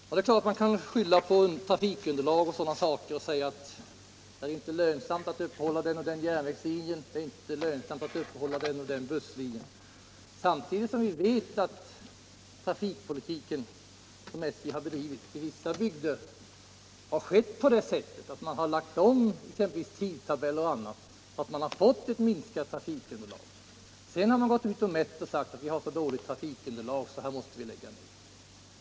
Det är klart att man kan skylla på trafikunderlag och sådana saker och säga att det inte är lönsamt att upprätthålla den och den järnvägslinjen eller den och den busslinjen. Samtidigt vet vi att SJ har bedrivit sin trafikpolitik i vissa bygder på det sättet att man exempelvis har lagt om tidtabeller osv. så att man har fått ett mindre trafikunderlag. Sedan har man gått ut och mätt, och så har man sagt: Här har vi så dåligt trafikunderlag att vi måste lägga ner.